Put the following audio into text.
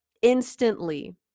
instantly